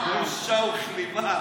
בושה וכלימה.